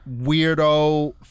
weirdo